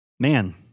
Man